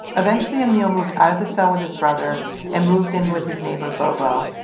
eventually, emile moved out of the cell with his brother and moved in with his neighbor bobo,